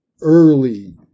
early